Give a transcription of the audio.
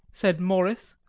said morris,